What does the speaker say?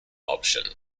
option